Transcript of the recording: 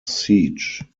siege